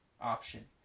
option